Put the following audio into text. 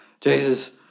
Jesus